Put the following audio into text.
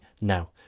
now